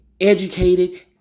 Educated